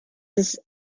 ist